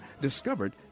discovered